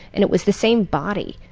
and it was the same body,